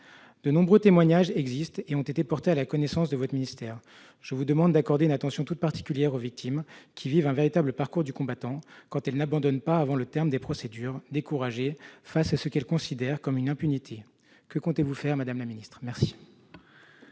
De nombreux témoignages existent et ont été portés à la connaissance de votre ministère. Je vous demande d'accorder une attention toute particulière aux victimes, qui vivent un véritable parcours du combattant, quand elles n'abandonnent pas avant le terme des procédures, découragées face à ce qu'elles considèrent comme une impunité. Que comptez-vous faire, madame la ministre ? La